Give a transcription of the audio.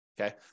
Okay